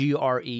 GRE